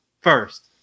first